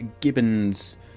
Gibbon's